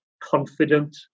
confident